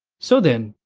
so then,